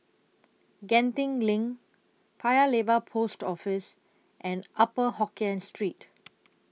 Genting LINK Paya Lebar Post Office and Upper Hokkien Street